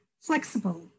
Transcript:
flexible